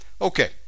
Okay